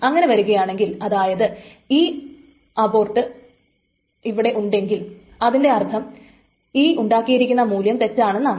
അങ്ങനെ വരുകയാന്നെങ്കിൽ അതായത് ഇത് അബോർട്ട് ആണെങ്കിൽ അതിന്റെ അർത്ഥം ഈ ഉണ്ടാക്കിയിരിക്കുന്ന മൂല്യം തെറ്റാണെന്നാണ്